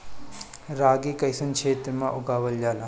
रागी कइसन क्षेत्र में उगावल जला?